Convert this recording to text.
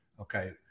okay